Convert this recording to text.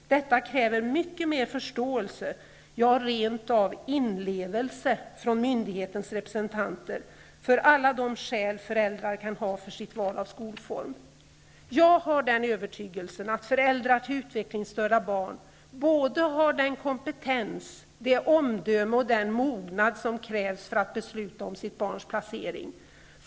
Detta kräver mycket mer förståelse, ja rent av inlevelse från myndighetens representanter, för alla de skäl föräldrar kan ha för sitt val av skolform. Jag har den övertygelsen att föräldrar till utvecklingsstörda barn har både den kompetens, det omdöme och den mognad som krävs för att besluta om sitt barns placering.